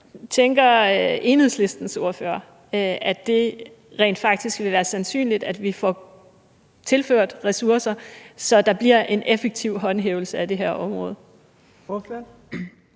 tænker Enhedslistens ordfører, at det rent faktisk vil være sandsynligt, at vi får tilført ressourcer, så der bliver en effektiv håndhævelse af det her område?